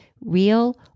real